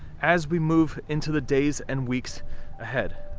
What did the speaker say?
as we move into the days and weeks ahead.